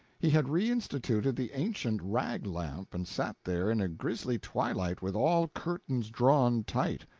he had reinstituted the ancient rag-lamp, and sat there in a grisly twilight with all curtains drawn tight.